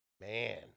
Man